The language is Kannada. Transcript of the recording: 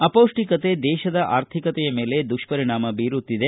ಅಪೌಷ್ಠಿಕತೆ ದೇಶದ ಆರ್ಥಿಕತೆಯ ಮೇಲೆ ದುಪ್ಪರಿಣಾಮ ಬೀರುತ್ತಿದೆ